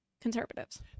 conservatives